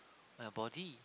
my body